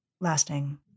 lasting